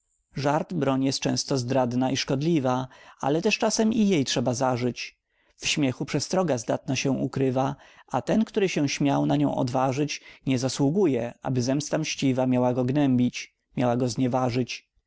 broń jest często zdradna i szkodliwa ale też czasem i jej trzeba zażyć w śmiechu przestroga zdatna się ukrywa a ten który się śmiał na nią odważyć nie zasługuje aby zemsta mściwa miała go gnębić miała go znieważyć